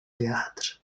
wiatr